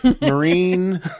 Marine